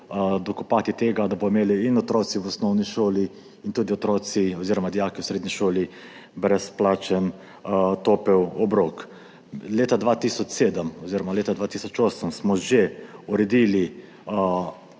dokopati do tega, da bodo imeli in otroci v osnovni šoli in tudi otroci oziroma dijaki v srednji šoli brezplačen topel obrok. Leta 2007 oziroma leta 2008 smo že uredili